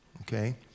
okay